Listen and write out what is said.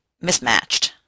mismatched